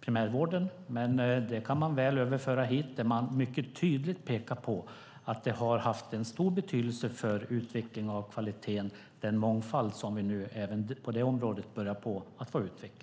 primärvården, men man kan föra över resultatet till äldreomsorgen. I studien pekar man mycket tydligt på att mångfalden som vi även på detta område har börjat utveckla har haft en stor betydelse för utvecklingen av kvaliteten.